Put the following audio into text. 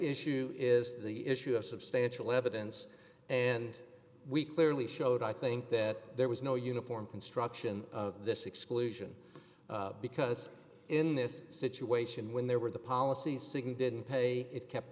issue is the issue of substantial evidence and we clearly showed i think that there was no uniform construction of this exclusion because in this situation when there were the policies signal didn't pay it kept